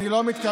אני לא מתכוון,